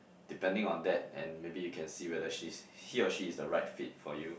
depending on that and maybe you can see whether she's he or she is the right fit for you